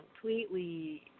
completely